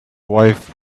wife